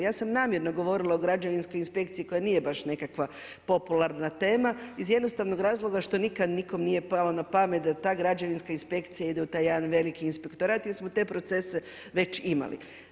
Ja sam namjerno govorila o građevinskoj inspekciji koja nije baš nekakva popularna tema iz razloga što nikada nikome nije palo na pamet da ta građevinska inspekcija ide u taj jedan veliki inspektorat jer smo te procese već imali.